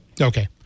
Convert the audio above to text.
Okay